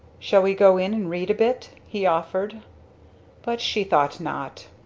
shall we go in and read a bit? he offered but she thought not.